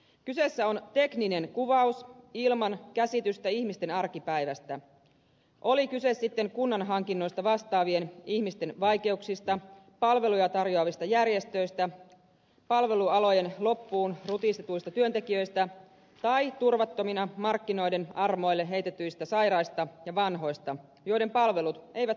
kyseessä on tekninen kuvaus ilman käsitystä ihmisten arkipäivästä oli kyse sitten kunnan hankinnoista vastaavien ihmisten vaikeuksista palveluja tarjoavista järjestöistä palvelualojen loppuun rutistetuista työntekijöistä tai turvattomina markkinoiden armoille heitetyistä sairaista ja vanhoista joiden palvelut eivät pelaa